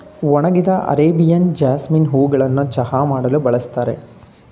ಒಣಗಿದ Arabian jasmine ಹೂಗಳನ್ನು ಚಹಾ ಮಾಡಲು ಬಳ್ಸತ್ತರೆ